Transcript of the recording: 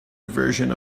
version